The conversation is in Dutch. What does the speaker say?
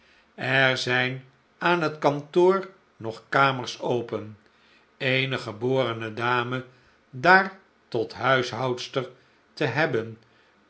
er zijn aan het kantoor nog kamers open eene geborene dame daar tot huishoudster te hebben